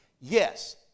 yes